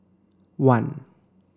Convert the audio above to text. one